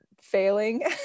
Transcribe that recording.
failing